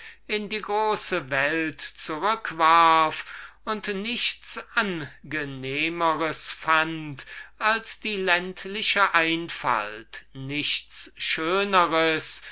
in die große welt zurückwarf und nichts angenehmers fand als die ländliche einfalt nichts schöners